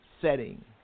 setting